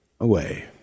away